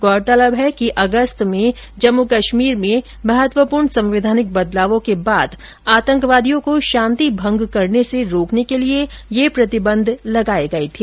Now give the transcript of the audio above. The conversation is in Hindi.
गौरतलब है कि अगस्त में जम्मू कश्मीर में महत्वपूर्ण संवैधानिक बदलावों के बाद आतंकवादियों को शांति भंग करने से रोकने के लिए यह प्रतिबंध लगाये गये थे